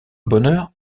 bonheur